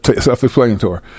self-explanatory